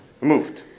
removed